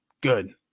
good